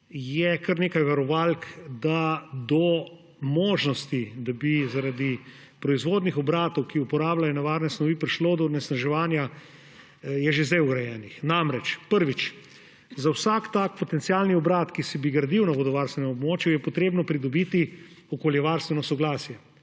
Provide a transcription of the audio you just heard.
kar nekaj varovalk, da do možnosti, da bi zaradi proizvodnih obratov, ki uporabljajo nevarne snovi, prišlo do onesnaževanja – je že zdaj urejenih. Namreč, prvič. Za vsak tak potencialni obrat, ki bi se gradil na vodovarstvenem območju, je potrebno pridobiti okoljevarstveno soglasje.